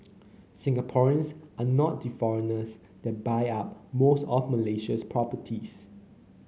Singaporeans are not the foreigners that buy up most of Malaysia's properties